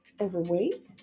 overweight